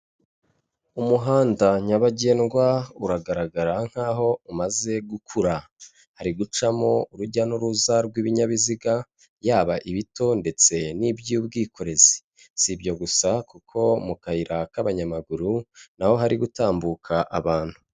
Umuhanda nyabagendwa uragaragara nkaho umaze gukura. Hari gucamo urujya n'uruza rw'ibinyabiziga, yaba ibito ndetse n'iby'ubwikorezi. Si ibyo gusa kuko mu kayira k'abanyamaguru na ho hari gutambuka abantu.